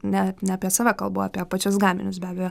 ne ne apie save kalbu apie pačius gaminius be abejo